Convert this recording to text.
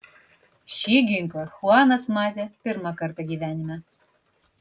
šį ginklą chuanas matė pirmą kartą gyvenime